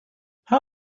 how